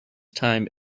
time